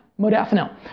modafinil